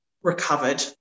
recovered